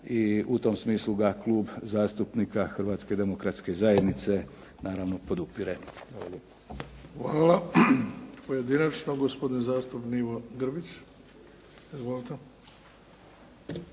i u tom smislu ga Klub zastupnika Hrvatske demokratske zajednice naravno podupire. **Bebić, Luka (HDZ)** Hvala. Pojedinačno, gospodin zastupnik Grbić. Izvolite.